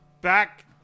back